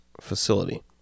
facility